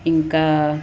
ఇంకా